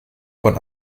von